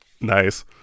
nice